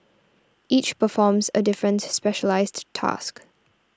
each performs a different specialised task